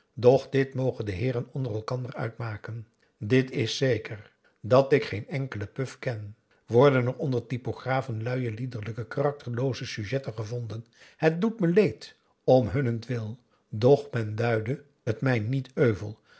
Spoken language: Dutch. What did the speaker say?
dit mogen de heeren onder elkander uitmaken dit is zeker dat ik geen enkelen puf ken worden er onder typografen luie liederlijke karakterlooze sujetten gevonden het doet me leed om hunnentwil doch men duide t mij niet euvel